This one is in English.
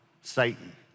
Satan